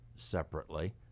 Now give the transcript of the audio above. separately